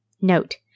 Note